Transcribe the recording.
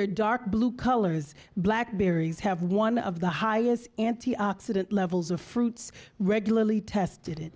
their dark blue colors black berries have one of the highest antioxidant levels of fruits regularly tested